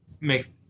makes